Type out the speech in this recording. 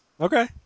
Okay